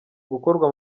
gukorwa